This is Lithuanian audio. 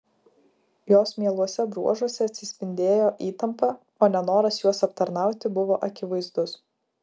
jos mieluose bruožuose atsispindėjo įtampa o nenoras juos aptarnauti buvo akivaizdus